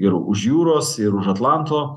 ir už jūros ir už atlanto